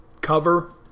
cover